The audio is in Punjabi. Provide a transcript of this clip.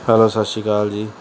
ਹੈਲੋ ਸਤਿ ਸ਼੍ਰੀ ਅਕਾਲ ਜੀ